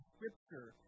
Scripture